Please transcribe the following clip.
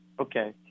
Okay